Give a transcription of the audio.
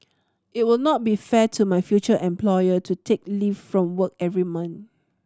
it will not be fair to my future employer to take leave from work every month